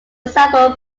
example